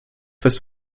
his